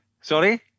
Sorry